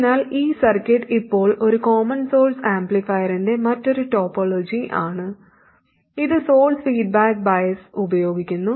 അതിനാൽ ഈ സർക്യൂട്ട് ഇപ്പോൾ ഒരു കോമൺ സോഴ്സ് ആംപ്ലിഫയറിന്റെ മറ്റൊരു ടോപ്പോളജിയാണ് ഇത് സോഴ്സ് ഫീഡ്ബാക്ക് ബയസ് ഉപയോഗിക്കുന്നു